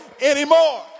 anymore